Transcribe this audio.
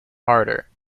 harder